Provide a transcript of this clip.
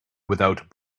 without